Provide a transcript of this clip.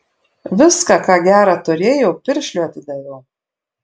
viską ką gera turėjau piršliui atidaviau